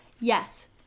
Yes